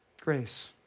Grace